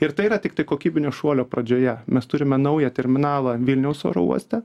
ir tai yra tiktai kokybinio šuolio pradžioje mes turime naują terminalą vilniaus oro uoste